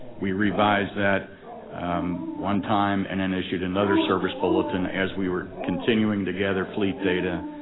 we revised that one time, and then issued another service bulletin as we were continuing to gather fleet data.